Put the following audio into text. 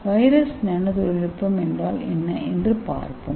virus nano தொழில்நுட்பம் என்றால் என்ன என்று பார்ப்போம்